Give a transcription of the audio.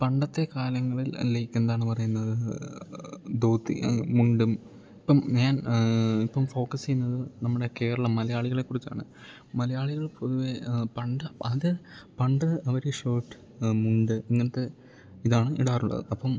പണ്ടത്തെ കാലങ്ങളിൽ അല്ലേൽ ഇപ്പം എന്താണ് പറയുന്നത് ധോത്തി മുണ്ടും ഇപ്പം ഞാൻ ഇപ്പം ഫോക്കസ് ചെയ്യുന്നത് നമ്മുടെ കേരളം മലയാളികളെ കുറിച്ചാണ് മലയാളികൾ പൊതുവെ പണ്ട് അത് പണ്ട് അവര് ഷർട്ട് മുണ്ട് ഇങ്ങനത്തെ ഇതാണ് ഇടാറുള്ളത് അപ്പം